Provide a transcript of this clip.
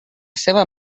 seva